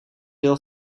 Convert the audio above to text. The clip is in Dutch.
deel